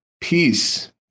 peace